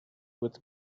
with